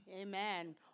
Amen